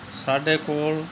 ਸਾਡੇ ਕੋਲ